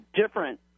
different